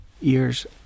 years